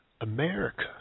America